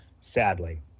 sadly